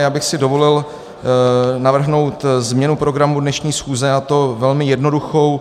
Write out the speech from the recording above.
Já bych si dovolil navrhnout změnu programu dnešní schůze, a to velmi jednoduchou.